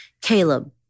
Caleb